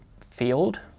field